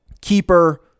keeper